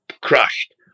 crushed